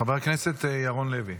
חבר הכנסת ירון לוי.